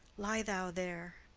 lie thou there.